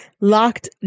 locked